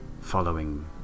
following